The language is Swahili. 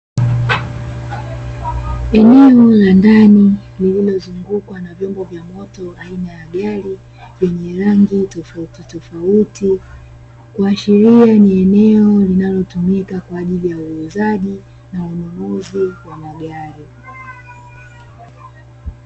Eneo la ndani lililozungukwa na vyombo vya moto aina ya gari yenye rangi tofautitofauti, kuashiria ni eneo linalotumika kwa ajili ya uuzaji na ununuzi wa magari.